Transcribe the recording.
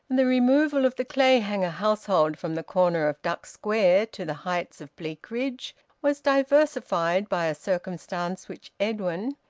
the removal of the clayhanger household from the corner of duck square to the heights of bleakridge was diversified by a circumstance which edwin,